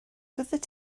fyddet